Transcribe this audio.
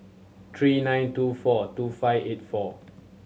three nine two four two five eight four